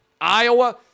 Iowa